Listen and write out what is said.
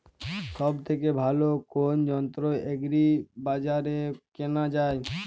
সব থেকে ভালো কোনো যন্ত্র এগ্রি বাজারে কেনা যায়?